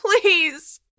Please